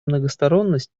многосторонность